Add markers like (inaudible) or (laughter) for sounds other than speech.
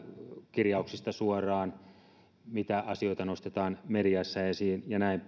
kirjauksista suoraan mitä asioita nostetaan mediassa esiin ja näin (unintelligible)